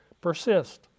persist